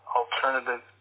alternative